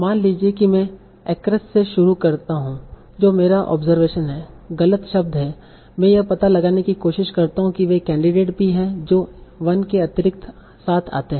मान लीजिए कि मैं acress से शुरू करता हूं जो मेरा ऑब्जरवेशन है गलत शब्द है मैं यह पता लगाने की कोशिश करता हूं कि वे कैंडिडेट भी हैं जो 1 के अतिरिक्त साथ आते हैं